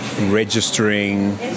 registering